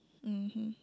mmhmm